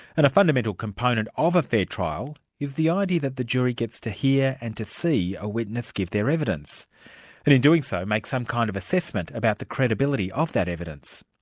and a fundamental component of a fair trial is the idea that the jury gets to hear and to see a witness give their evidence, and in doing so, make some kind of assessment about the credibility of that evidence.